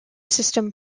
system